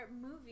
movie